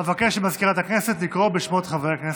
אבקש ממזכירת הכנסת לקרוא בשמות חברי הכנסת,